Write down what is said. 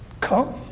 Come